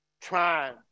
Trying